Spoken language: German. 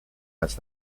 als